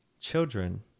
Children